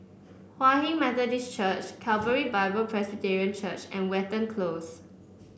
Hinghwa Methodist Church Calvary Bible Presbyterian Church and Watten Close